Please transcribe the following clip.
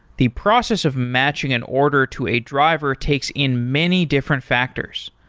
the process of matching an order to a driver takes in many different factors.